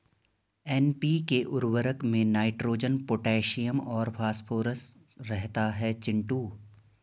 NPK उर्वरक में nitrogen potassium और फास्फोरस रहता है चिंटू